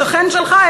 השכן שלך,